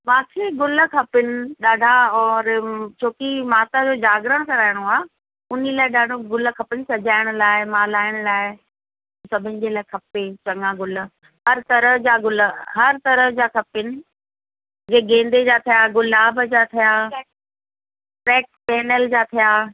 मूंखे ग़ुल खपनि ॾाढा और छो की माता जो जागरण कराइणो आहे आहे उन लाइ ॾाढो ग़ुल खपनि सॼाइण लाइ मालाइनि लाइ सभिनि जे लाइ खपे चङा ग़ुल हर तरह जा ग़ुल हर तरह जा खपनि जीअं गेंदे जा थिया गुलाब जा थिया फैग पैनल जा थिया